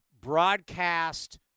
broadcast